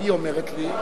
אדוני היושב-ראש,